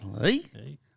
Hey